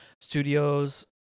studios